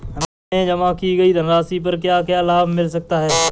हमें जमा की गई धनराशि पर क्या क्या लाभ मिल सकता है?